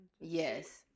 Yes